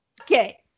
Okay